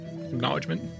acknowledgement